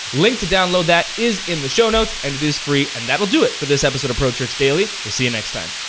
link to download that is in the show notes and it is free and that'll do it for this episode of pro church daily. we'll see you next time.